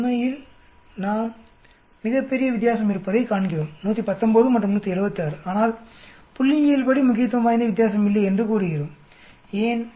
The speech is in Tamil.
உண்மையில் நாம் மிகப் பெரிய வித்தியாசம் இருப்பதை காண்கிறோம் 119 மற்றும் 176 ஆனால் புள்ளியியல்படி முக்கியத்துவம் வாய்ந்த வித்தியாசம் இல்லை என்று கூறுகிறோம் ஏன்